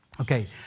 Okay